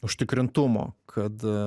užtikrintumo kad